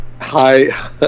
Hi